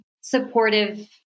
supportive